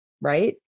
right